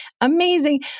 Amazing